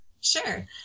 Sure